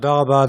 תודה רבה.